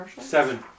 Seven